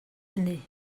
hynny